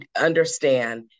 understand